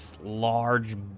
large